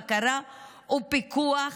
בקרה ופיקוח,